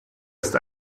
ist